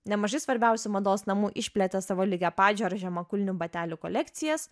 nemažai svarbiausių mados namų išplėtė savo lygiapadžių ar žemakulnių batelių kolekcijas